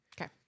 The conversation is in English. Okay